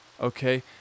okay